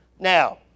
Now